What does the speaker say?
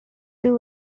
two